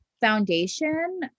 foundation